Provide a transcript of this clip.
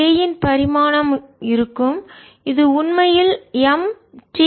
K இன் பரிமாணம் இருக்கும் இது உண்மையில் M T 1